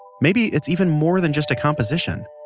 maybe, it's even more than just a composition.